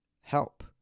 help